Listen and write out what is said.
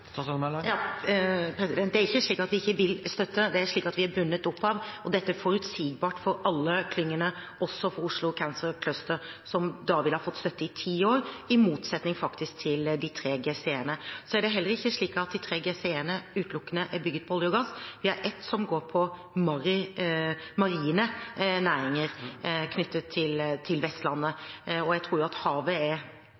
Det er ikke slik at vi ikke vil støtte, det er slik at vi er bundet opp, og dette er forutsigbart for alle klyngene – også for Oslo Cancer Cluster, som vil ha fått støtte i ti år, faktisk i motsetning til de tre GCE-ene. Det er heller ikke slik at de tre GCE-ene utelukkende er bygget på olje og gass. Vi har ett som går på marine næringer knyttet til Vestlandet,